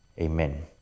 Amen